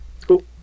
Cool